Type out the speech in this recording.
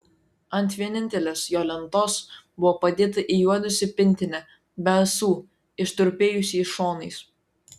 ant vienintelės jo lentos buvo padėta įjuodusi pintinė be ąsų ištrupėjusiais šonais